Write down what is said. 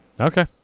okay